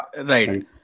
Right